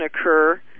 occur